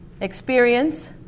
Experience